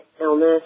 illness